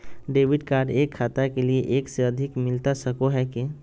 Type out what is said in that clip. Debit card एक खाता के लिए एक से अधिक मिलता सको है की?